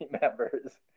members